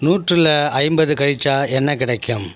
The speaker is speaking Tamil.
நூற்றில் ஐம்பதை கழிச்சால் என்ன கிடைக்கும்